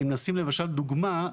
אם ניקח למשל דוגמה,